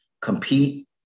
compete